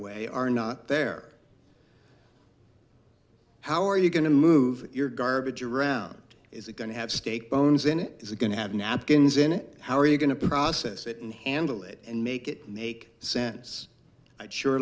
way are not there how are you going to move your garbage around is it going to have steak bones in it is it going to have napkins in it how are you going to process it and handle it and make it make sense i'd sure